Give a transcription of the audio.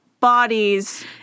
bodies